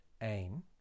aim